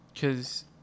cause